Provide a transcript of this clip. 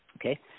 Okay